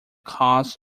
cause